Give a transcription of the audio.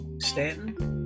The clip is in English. Stanton